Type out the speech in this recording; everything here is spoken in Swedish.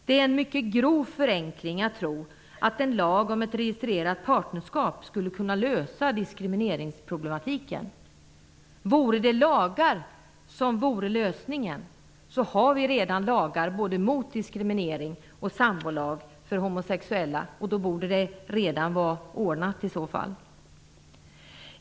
Det är en mycket grov förenkling att säga att en lag om ett registrerat partnerskap skulle kunna lösa diskrimineringsproblemen. Vore det lagar som var lösningen, vore det enkelt för vi har redan lagar mot diskriminering och en sambolag för homosexuella. Då borde saken redan vara ordnad.